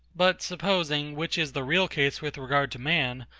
but supposing, which is the real case with regard to man,